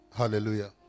Hallelujah